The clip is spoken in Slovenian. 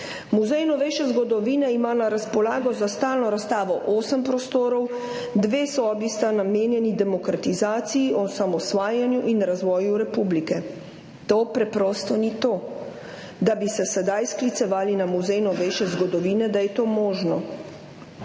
Muzej novejše zgodovine ima na razpolago za stalno razstavo osem prostorov, dve sobi sta namenjeni demokratizaciji, osamosvajanju in razvoju republike. To preprosto ni to, da bi se sedaj sklicevali na muzej novejše zgodovine, da je to možno.